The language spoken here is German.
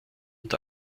und